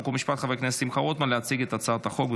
חוק ומשפט חבר הכנסת שמחה רוטמן להציג את הצעת החוק.